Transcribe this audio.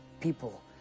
people